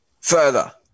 further